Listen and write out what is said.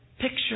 picture